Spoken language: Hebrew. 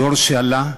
הדור שעלה,